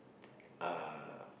uh